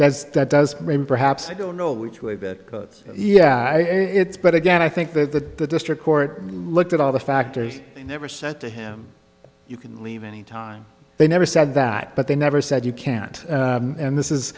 does that does perhaps i don't know which way that yeah it's but again i think that the district court looked at all the factors and never said to him you can leave any time they never said that but they never said you can't and this is